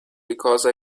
because